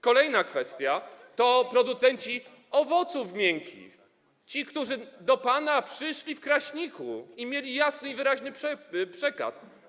Kolejna kwestia to producenci owoców miękkich, ci, którzy do pana przyszli w Kraśniku i mieli jasny i wyraźny przekaz.